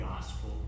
gospel